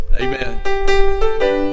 amen